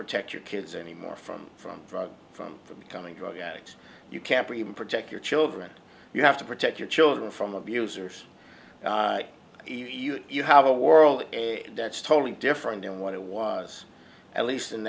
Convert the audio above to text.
protect your kids anymore from from drugs from from becoming drug addicts you can't protect your children you have to protect your children from abusers you have a world that's totally different than what it was at least in